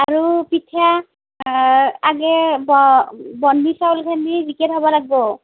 আৰু পিঠা আগে চাউলখিনি ভিগে থ'ব লাগিব